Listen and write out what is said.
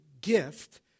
gift